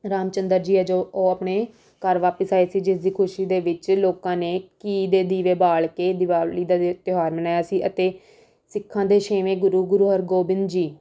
ਰਾਮ ਚੰਦਰ ਜੀ ਆ ਜੋ ਉਹ ਆਪਣੇ ਘਰ ਵਾਪਸ ਆਏ ਸੀ ਜਿਸ ਦੀ ਖੁਸ਼ੀ ਦੇ ਵਿੱਚ ਲੋਕਾਂ ਨੇ ਘੀ ਦੇ ਦੀਵੇ ਬਾਲ ਕੇ ਦੀਵਾਲੀ ਦਾ ਦਿ ਤਿਉਹਾਰ ਮਨਾਇਆ ਸੀ ਅਤੇ ਸਿੱਖਾਂ ਦੇ ਛੇਵੇਂ ਗੁਰੂ ਗੁਰੂ ਹਰਗੋਬਿੰਦ ਜੀ